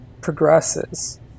progresses